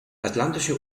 atlantische